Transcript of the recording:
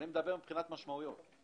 אני מדבר מבחינת משמעויות.